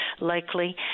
likely